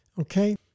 Okay